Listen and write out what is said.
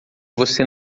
você